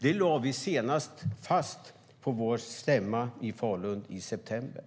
Det målet lade vi fast senast på vår stämma i Falun i september.